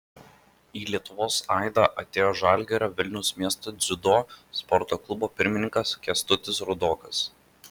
į lietuvos aidą atėjo žalgirio vilniaus miesto dziudo sporto klubo pirmininkas kęstutis rudokas